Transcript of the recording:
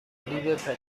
دیوپتر